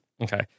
Okay